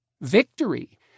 Victory